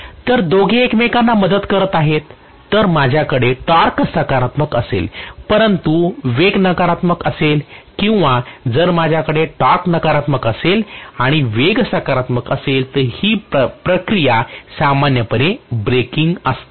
तर दोघे एकमेकांना मदत करत आहेत जर माझ्याकडे टॉर्क सकारात्मक असेल परंतु वेग नकारात्मक असेल किंवा जर माझ्याकडे टॉर्क नकारात्मक असेल आणि वेग सकारात्मक हि प्रक्रिया सामान्यपणे ब्रेकिंग असते